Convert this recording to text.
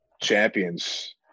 champions